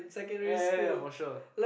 ya ya ya ya for sure